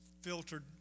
filtered